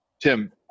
Tim